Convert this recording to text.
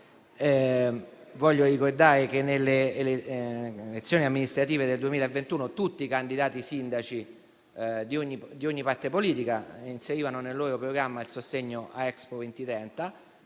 voglio ricordare che in occasione delle elezioni amministrative del 2021 tutti i candidati sindaci di ogni parte politica avevano inserito nel programma il sostegno a Expo 2030,